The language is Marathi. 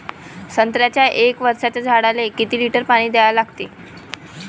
संत्र्याच्या एक वर्षाच्या झाडाले किती लिटर पाणी द्या लागते?